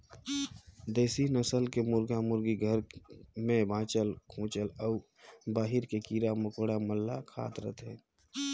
देसी नसल के मुरगा मुरगी घर के बाँचल खूंचल अउ बाहिर के कीरा मकोड़ा मन ल खात रथे